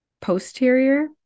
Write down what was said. posterior